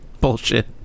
bullshit